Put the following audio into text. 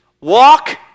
Walk